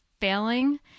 failing